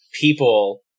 people